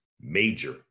Major